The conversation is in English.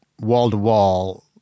wall-to-wall